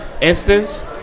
instance